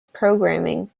programming